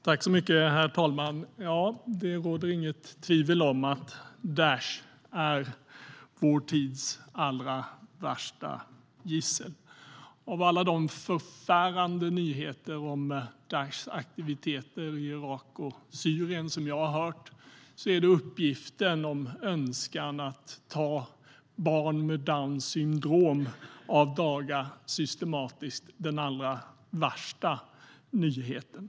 Herr talman! Det råder inget tvivel om att Daish är vår tids allra värsta gissel. Av alla de förfärande nyheter om Daishs aktiviteter i Irak och Syrien som jag har hört är uppgiften om önskan att systematiskt ta barn med Downs syndrom av daga den allra värsta nyheten.